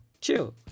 Chill